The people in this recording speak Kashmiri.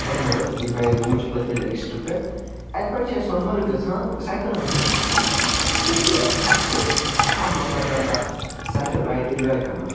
سۄنہٕ مرگ ییٚمہِ آیہِ أسۍ گٔمٕتۍ چھِ پٔتمہِ لَٹہِ أکِس ٹٕرٛپ پٮ۪ٹھ اَتہِ پٮ۪ٹھ چھِ أسۍ سۄنہٕ مرگ گَژھان سایکَلَن پیٚٹھ چونٛکہ اسہِ چھُ سیٚٹھاہ مَزٕ لَگان تتھ سایکل رایڈ ایٚنجواے کَرنَس